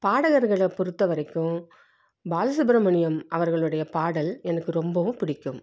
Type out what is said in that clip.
பாடகர்களை பொறுத்த வரைக்கும் பாலசுப்ரமணியம் அவர்களுடைய பாடல் எனக்கு ரொம்பவும் பிடிக்கும்